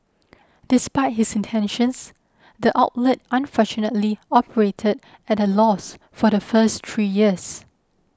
despite his intentions the outlet unfortunately operated at a loss for the first three years